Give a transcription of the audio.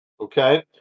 Okay